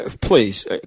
please